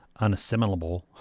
unassimilable